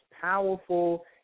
powerful